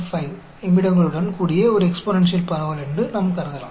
5 நிமிடங்களுடன் கூடிய ஒரு எக்ஸ்பொனேன்ஷியல் பரவல் என்று நாம் கருதலாம்